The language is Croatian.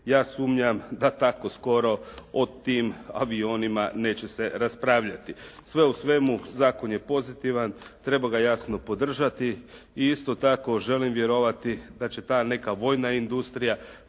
ja sumnjam da tako skoro o tim avionima neće se raspravljati. Sve u svemu zakon je pozitivan. Treba ga jasno podržati i isto tako želim vjerovati da će ta neka vojna industrija